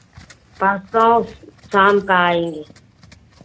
परसों शाम का आएंगे